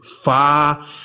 far